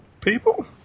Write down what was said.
people